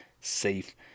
safe